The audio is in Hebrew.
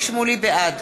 בעד